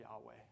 Yahweh